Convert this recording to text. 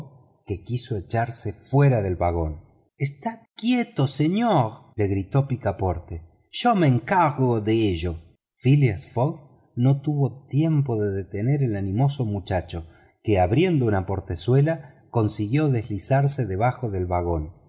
que quiso echarse fuera del vagón estad quieto señor le gritó picaporte yo me encargo de ello phileas fog no tuvo tiempo de detener al animoso muchacho que abriendo una portezuela consiguió deslizarse debajo del vagón